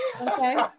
okay